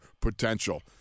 potential